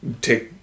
take